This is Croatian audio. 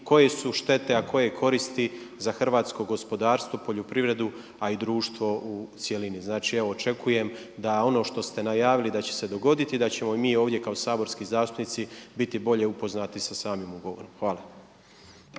koje su štete a koje koristi za hrvatsko gospodarstvo, poljoprivredu a i društvo u cjelini. Znači ja očekujem da ono što ste najavili da će se dogoditi i da ćemo i mi ovdje kao saborski zastupnici biti bolje upoznati sa samim ugovorom. Hvala.